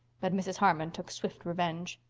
but mrs. harmon took swift revenge.